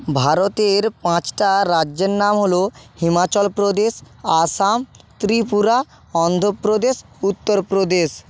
ভারতের পাঁচটা রাজ্যের নাম হলো হিমাচল প্রদেশ আসাম ত্রিপুরা অন্ধপ্রদেশ উত্তরপ্রদেশ